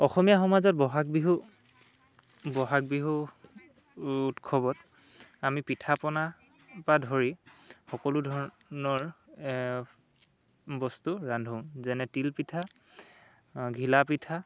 অসমীয়া সমাজত বহাগ বিহু বহাগ বিহু উৎসৱত আমি পিঠা পনাৰপৰা ধৰি সকলো ধৰণৰ বস্তু ৰান্ধোঁ যেনে তিলপিঠা ঘিলাপিঠা